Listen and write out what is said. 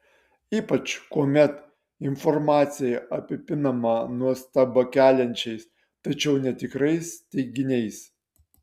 ypač kuomet informacija apipinama nuostabą keliančiais tačiau netikrais teiginiais